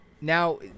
now